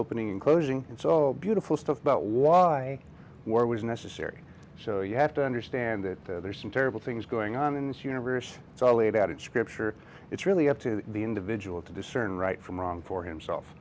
opening and closing it's all beautiful stuff about why war was necessary so you have to understand that there are some terrible things going on in this universe it's all laid out in scripture it's really up to the individual to discern right from wrong for himself